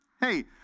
Hey